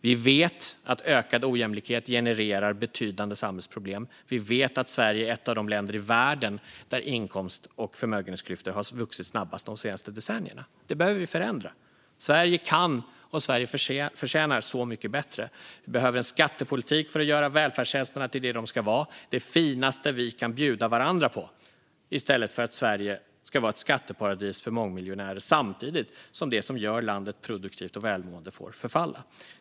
Vi vet att ökad ojämlikhet genererar betydande samhällsproblem, och vi vet att Sverige är ett av de länder i världen där inkomst och förmögenhetsklyftorna har vuxit snabbast de senaste decennierna. Det behöver vi förändra. Sverige kan och förtjänar så mycket bättre. Vi behöver en skattepolitik för att göra välfärdstjänsterna till det de ska vara - det finaste vi kan bjuda varandra på - i stället för att Sverige ska vara ett skatteparadis för mångmiljonärer samtidigt som det som gör landet produktivt och välmående får förfalla.